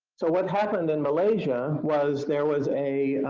so what happened in malaysia was, there was a,